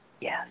yes